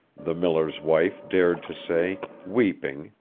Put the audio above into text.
the miller's wife dared to say, weeping,